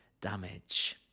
damage